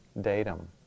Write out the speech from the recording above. datum